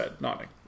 nodding